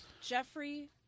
Jeffrey